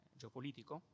geopolitico